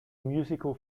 musical